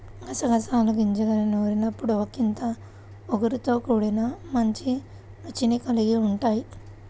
గసగసాల గింజల్ని నూరినప్పుడు ఒకింత ఒగరుతో కూడి మంచి రుచిని కల్గి ఉంటయ్